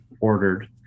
ordered